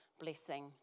blessing